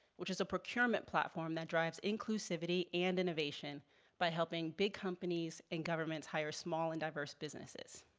which is a procurement platform that drives inclusivity and innovation by helping big companies and governments hire small and diverse businesses.